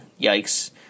yikes